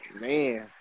man